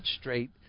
straight